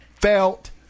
felt